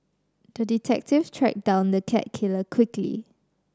the detective tracked down the cat killer quickly